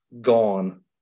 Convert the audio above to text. gone